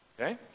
Okay